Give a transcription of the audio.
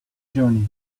journey